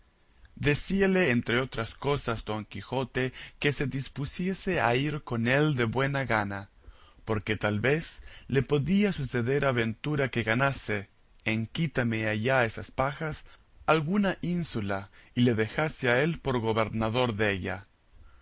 decíale entre otras cosas don quijote que se dispusiese a ir con él de buena gana porque tal vez le podía suceder aventura que ganase en quítame allá esas pajas alguna ínsula y le dejase a él por gobernador della